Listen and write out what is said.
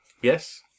yes